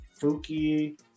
Fuki